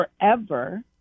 forever